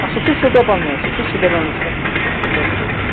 اَدٕ سُہ چھِ سِٹیپَن منٛز سُہ چھِ بِلکُل